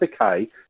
okay